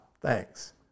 thanks